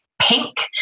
pink